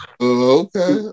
Okay